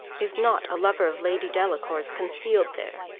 is not a lover of lady delacour's concealed there?